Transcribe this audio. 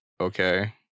Okay